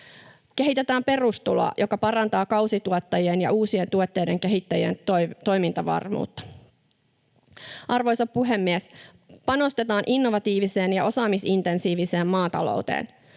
Kehitetään perustuloa, joka parantaa kausituottajien ja uusien tuotteiden kehittäjien toimintavarmuutta. Arvoisa puhemies! Panostetaan innovatiiviseen ja osaamisintensiiviseen maatalouteen.